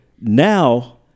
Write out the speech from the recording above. Now